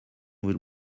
will